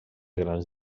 grans